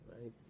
right